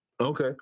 Okay